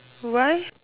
why